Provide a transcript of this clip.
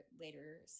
later